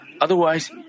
otherwise